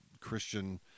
Christian